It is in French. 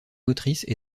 motrices